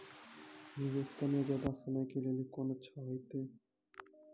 निवेश कम या ज्यादा समय के लेली कोंन अच्छा होइतै?